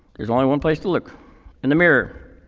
there's only one place to look in the mirror. a